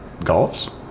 Golfs